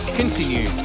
continue